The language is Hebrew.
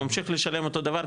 הוא ממשיך לשלם אותו דבר,